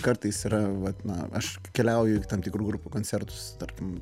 kartais yra vat na aš keliauju į tam tikrų grupių koncertus tarkim